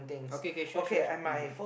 okay okay sure sure mm